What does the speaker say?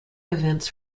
events